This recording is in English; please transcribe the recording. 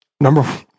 Number